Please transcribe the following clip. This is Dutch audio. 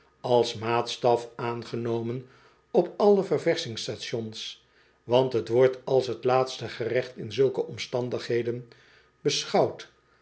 als maatstaf aangenomen op alle ververschingstations want het wordt als t laatste gerecht in zulke omstandigheden beschouwd